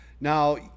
Now